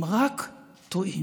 הם רק טועים.